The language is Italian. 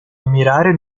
ammirare